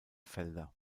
felder